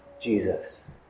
Jesus